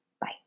Bye